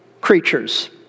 creatures